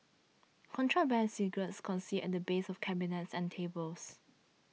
contraband cigarettes concealed at the base of cabinets and tables